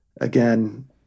again